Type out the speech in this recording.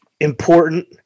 important